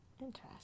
Interesting